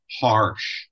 harsh